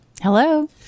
Hello